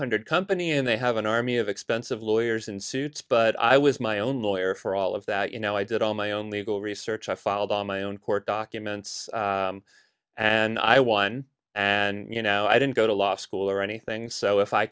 hundred company and they have an army of expensive lawyers in suits but i was my own lawyer for all of that you know i did all my own legal research i filed on my own court documents and i won and you know i didn't go to law school or anything so if i